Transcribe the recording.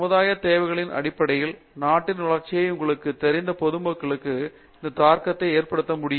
சமுதாயத் தேவைகளின் அடிப்படையில் நாட்டின் வளர்ச்சியை உங்களுக்குத் தெரிந்த பொதுமக்களுக்கு இது தாக்கத்தை ஏற்படுத்தியிருக்கிறதா